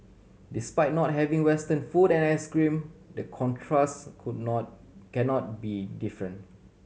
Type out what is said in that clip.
despite not having Western food and ice cream the contrast could not cannot be different